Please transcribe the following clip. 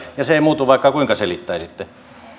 ja se ei muutu vaikka kuinka selittäisitte